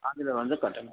அதில் வந்து கட்டணும்